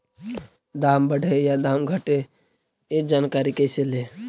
दाम बढ़े या दाम घटे ए जानकारी कैसे ले?